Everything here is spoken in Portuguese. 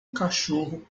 cachorro